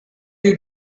you